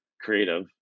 creative